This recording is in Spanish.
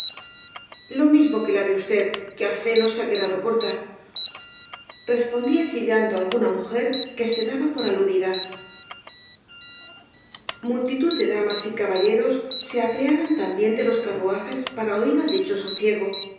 lo mismo que la de usted que á fe no se ha quedado corta respondía chillando alguna mujer que se daba por aludida multitud de damas y caballeros se apeaban también de sus carruajes para oir al dichoso ciego